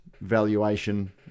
valuation